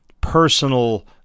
personal